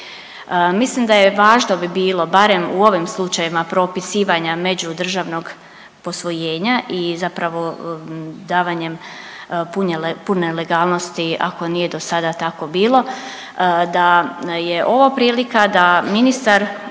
Mislim da je, važno bi bilo barem u ovim slučajevima propisivanja međudržavnog posvojenja i zapravo davanjem pune legalnosti ako nije bilo dosada tako bilo da je ovo prilika da ministar,